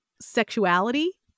sexuality